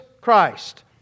Christ